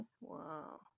wow